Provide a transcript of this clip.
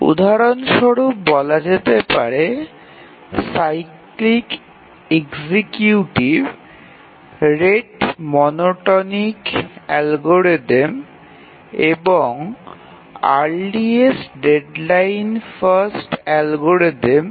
উদাহরণ স্বরূপ বলা যেতে পারে cyclic executive rate monotonic algorithm এবং আর্লিয়েস্ট ডেডলাইন ফার্স্ট অ্যালগোরিদম্